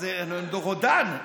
איזה רודן.